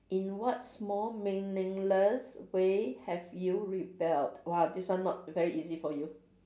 in what small meaningless way have you rebelled !wah! this one not very easy for you